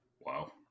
wow